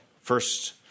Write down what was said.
First